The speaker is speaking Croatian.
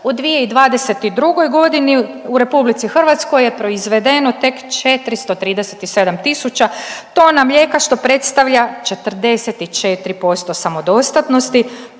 U 2022. godini u Republici Hrvatskoj je proizvedeno tek 437000 tona mlijeka što predstavlja 44% samodostatnosti.